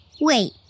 Wait